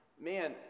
man